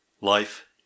Life